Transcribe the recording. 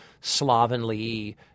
slovenly